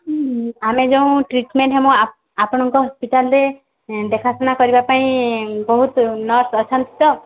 ଆମେ ଯେଉଁ ଟ୍ରିଟ୍ମେଣ୍ଟ୍ ହେମୁ ଆପଣଙ୍କର୍ ହସ୍ପିଟାଲ୍ରେ ଦେଖା ଶୁଣା କରିବା ପାଇଁ ବହୁତ ନର୍ସ ଅଛନ୍ତି ତ